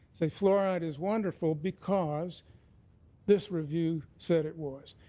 say fluoride is wonderful because this review said it was.